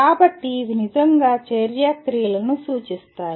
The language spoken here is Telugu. కాబట్టి ఇవి నిజంగా చర్య క్రియలను సూచిస్తాయి